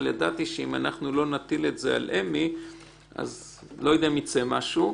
ידעתי שאם לא נטיל את זה על אמי אז אני לא יודע אם יצא משהו.